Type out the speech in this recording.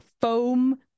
foam